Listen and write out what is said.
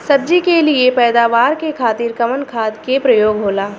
सब्जी के लिए पैदावार के खातिर कवन खाद के प्रयोग होला?